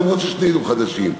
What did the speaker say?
למרות ששנינו חדשים.